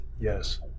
Yes